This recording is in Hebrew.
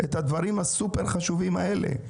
את הדברים הסופר חשובים האלה.